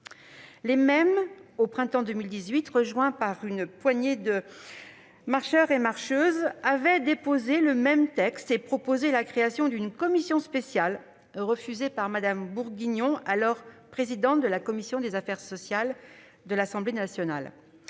Les mêmes, au printemps 2018, rejoints par une poignée de Marcheurs et de Marcheuses, avaient déposé le même texte et proposé la création d'une commission spéciale, ce qui avait été refusé par Mme Bourguignon, alors présidente de la commission des affaires sociales de l'Assemblée nationale.